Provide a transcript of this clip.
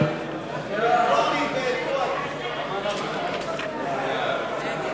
לשנת